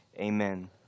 Amen